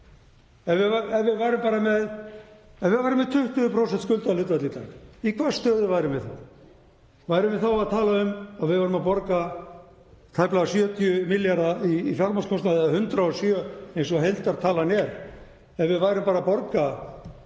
Ef við værum með 20% skuldahlutfall t.d., í hvaða stöðu værum við þá? Værum við þá að tala um að við værum að borga tæplega 70 milljarða í fjármagnskostnað eða 107 eins og heildartalan er. Hvað ef við værum bara að borga